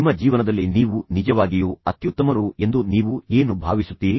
ನಿಮ್ಮ ಜೀವನದಲ್ಲಿ ನೀವು ನಿಜವಾಗಿಯೂ ಅತ್ಯುತ್ತಮರು ಎಂದು ನೀವು ಏನು ಭಾವಿಸುತ್ತೀರಿ